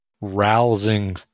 rousing